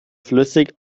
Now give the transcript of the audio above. flüssig